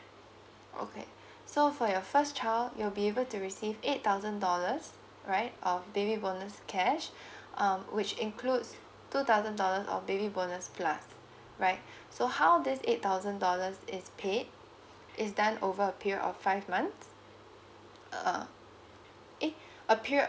okay so for your first child you will be able to receive eight thousand dollars right of baby bonus cash um which includes two thousand dollars of baby bonus plus right so how this eight thousand dollars is paid it's done over a period of five months err eh a period